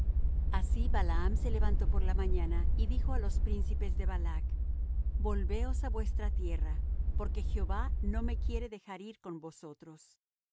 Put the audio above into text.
así balaam se levantó por la mañana y dijo á los príncipes de balac volveos á vuestra tierra porque jehová no me quiere dejar ir con vosotros